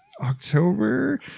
october